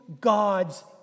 God's